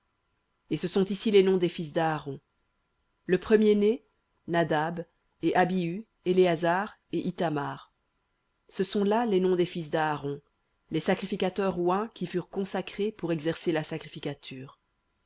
et ce sont ici les noms des fils d'aaron le premier-né nadab et abihu éléazar et ithamar ce sont là les noms des fils d'aaron les sacrificateurs oints qui furent consacrés pour exercer la sacrificature